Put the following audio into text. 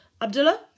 Abdullah